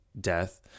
death